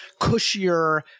cushier